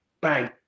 Bang